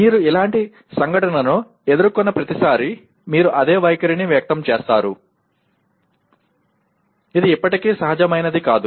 మీరు ఇలాంటి సంఘటనను ఎదుర్కొన్న ప్రతిసారీ మీరు అదే వైఖరిని వ్యక్తం చేస్తారు ఇది ఇప్పటికీ సహజమైనది కాదు